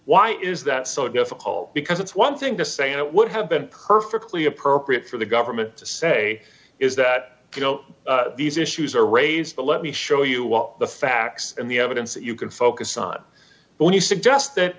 why is that so difficult because it's one thing to say it would have been perfectly appropriate for the government to say is that you know these issues are raised but let me show you all the facts and the evidence that you can focus on when you suggest that